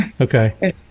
Okay